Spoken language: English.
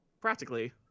Practically